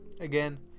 again